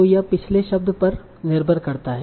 तों यह पिछले शब्द पर निर्भर करता है